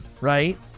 right